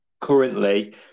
currently